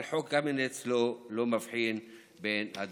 אבל חוק קמיניץ לא מבחין בין הדברים.